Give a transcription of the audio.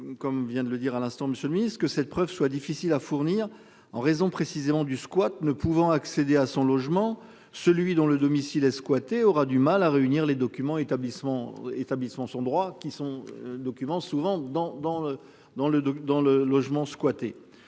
Comme vient de le dire à l'instant monsieur le Ministre que cette preuve soit difficile à fournir en raison précisément du squat, ne pouvant accéder à son logement, celui dont le domicile est squatté aura du mal à réunir les documents établissement. Établissement son droit qui sont documents souvent dans, dans